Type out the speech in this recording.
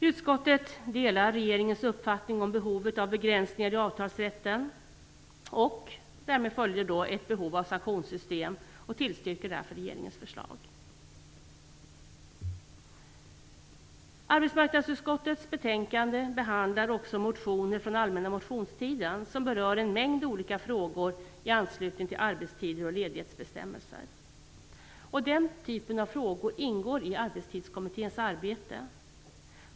Utskottet delar regeringens uppfattning om behovet av begränsningar i avtalsrätten och det behov av sanktionssystem som följer därav, och tillstyrker därför regeringens förslag. Arbetsmarknadsutskottets betänkande behandlar också motioner från den allmänna motionstiden som berör en mängd olika frågor i anslutning till arbetstider och ledighetsbestämmelser. Denna typ av frågor ingår i Arbetstidskommitténs arbete.